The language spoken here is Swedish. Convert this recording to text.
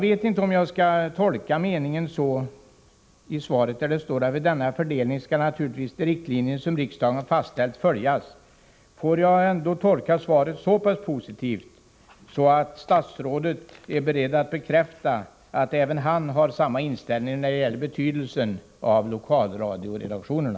En mening i svaret lyder: ”Vid denna fördelning skall naturligtvis de riktlinjer som riksdagen fastställt följas.” Får jag ändå tolka svaret så pass positivt att statsrådet är beredd att bekräfta att även han har samma inställning när det gäller betydelsen av lokalradioredaktionerna?